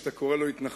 שאתה קורא לו התנחלויות,